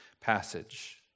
passage